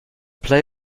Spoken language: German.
play